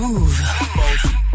Move